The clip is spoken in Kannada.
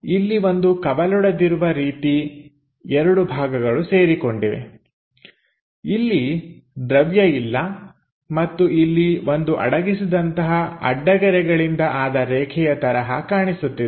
ಇಲ್ಲಿಒಂದು ಕವಲೊಡೆದಿರುವ ರೀತಿ ಎರಡು ಭಾಗಗಳು ಸೇರಿಕೊಂಡಿವೆ ಇಲ್ಲಿ ದ್ರವ್ಯ ಇಲ್ಲ ಮತ್ತು ಇಲ್ಲಿ ಒಂದು ಅಡಗಿಸಿದಂತಹ ಅಡ್ಡಗೆರೆಗಳಿಂದ ಆದ ರೇಖೆಯ ತರಹ ಕಾಣಿಸುತ್ತಿದೆ